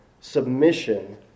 submission